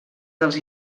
dels